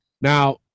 Now